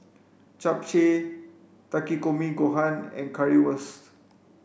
Japchae Takikomi Gohan and Currywurst